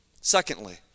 Secondly